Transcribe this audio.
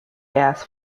gas